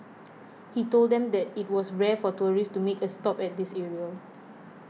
he told them that it was rare for tourists to make a stop at this area